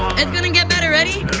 and going to get better, ready?